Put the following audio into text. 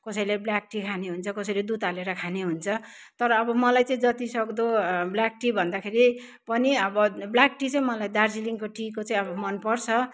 कसैले black tea खाने हुन्छ कसैले दुध हालेर खाने हुन्छ तर अब मलाई चाहिँ जति सक्दो ब्ल्याक टी भन्दाखेरि पनि अब ब्ल्याक टी चाहिँ मलाई दार्जिलिङको टी को चाहिँ अब मन पर्छ